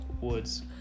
Woods